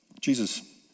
Jesus